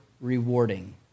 rewarding